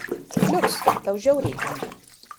liuks tau žiauriai tinka